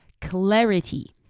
clarity